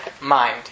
mind